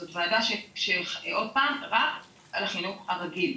זאת וועדה עוד פעם, רק על החינוך הרגיל.